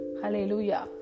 Hallelujah